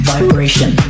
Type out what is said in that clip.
Vibration